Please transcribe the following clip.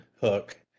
hook